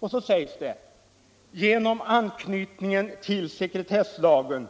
Vidare sägs: Genom anknytningen till sekretesslagen